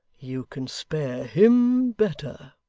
you can spare him better